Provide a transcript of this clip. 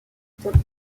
tombe